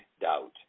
doubt